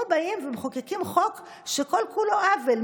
פה באים ומחוקקים חוק שכל-כולו עוול.